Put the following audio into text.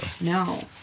No